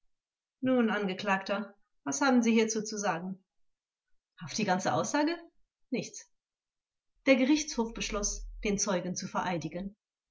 nun angeklagter was haben sie hierzu zu sagen hau auf die ganze aussage nichts der gerichtshof beschloß den zeugen zu vereidigen